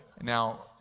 Now